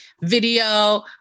video